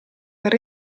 per